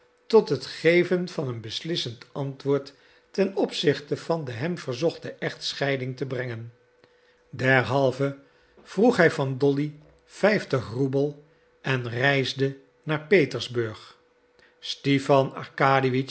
tot het geven van een beslissend antwoord ten opzichte van de van hem verzochte echtscheiding te brengen derhalve vroeg hij van dolly vijftig roebel en reisde naar petersburg stipan